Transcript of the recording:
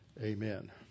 Amen